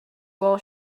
wall